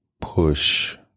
push